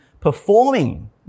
Performing